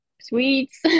sweets